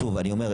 שוב אני אומר,